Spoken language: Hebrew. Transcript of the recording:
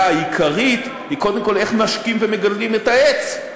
העיקרית היא קודם כול איך משקים ומגדלים את העץ.